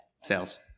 sales